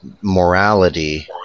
morality